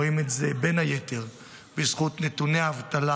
רואים את זה בין היתר בזכות נתוני האבטלה,